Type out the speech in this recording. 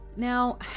Now